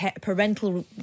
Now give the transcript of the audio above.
parental